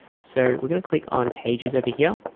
so we're gonna click on pages over here